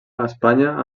espanya